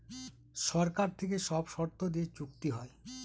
সরকার থেকে সব শর্ত দিয়ে চুক্তি হয়